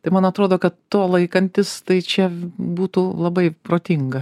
tai man atrodo kad to laikantis tai čia būtų labai protinga